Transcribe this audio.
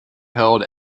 held